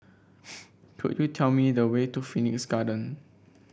could you tell me the way to Phoenix Garden